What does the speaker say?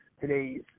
today's